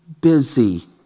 busy